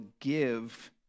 give